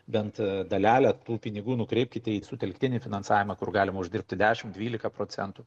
bent dalelę tų pinigų nukreipkite į sutelktinį finansavimą kur galima uždirbti dešim dvylika procentų